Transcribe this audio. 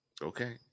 Okay